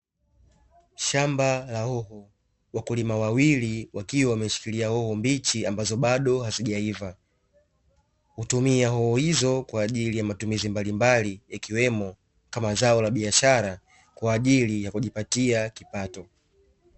Shamba la hoho, wakulima wawili wakiwa wameshikilia hoho mbichi ambazo bado hazijaiva. Hutumia hoho hizo kwa ajili ya matumizi mbalimbali ikiwemo kama zao la biashara kwa ajili ya kujipatia kipato.